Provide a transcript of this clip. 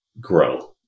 grow